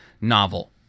novel